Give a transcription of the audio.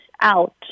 out